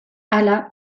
hala